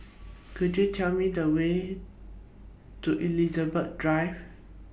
Could YOU Tell Me The Way to Elizabeth Drive